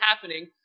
happening